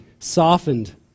softened